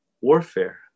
warfare